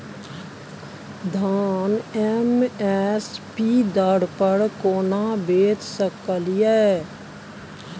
धान M S P दर पर केना बेच सकलियै?